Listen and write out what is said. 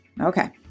Okay